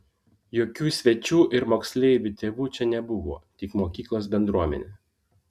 jokių svečių ir moksleivių tėvų čia nebuvo tik mokyklos bendruomenė